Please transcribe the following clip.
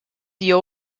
the